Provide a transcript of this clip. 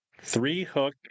three-hook